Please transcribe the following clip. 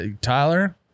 Tyler